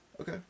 Okay